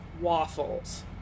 waffles